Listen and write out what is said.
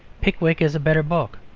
pickwick is a better book.